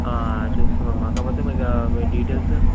చూస్తామమ్మా కాకపోతే మీక మీ డీటెయిల్స్